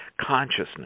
consciousness